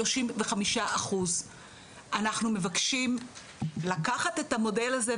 35%. אנחנו מבקשים לקחת את המודל הזה,